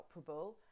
operable